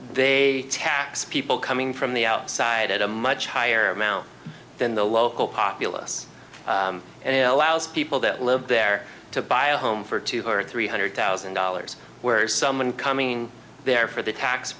they tax people coming from the outside at a much higher amount than the local populace and allows people that live there to buy a home for two or three hundred thousand dollars where someone coming there for the tax